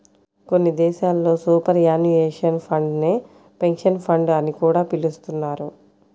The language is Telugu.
కొన్ని దేశాల్లో సూపర్ యాన్యుయేషన్ ఫండ్ నే పెన్షన్ ఫండ్ అని కూడా పిలుస్తున్నారు